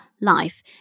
life